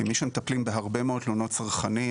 כמי שמטפלים בהרבה מאוד תלונות של צרכנים,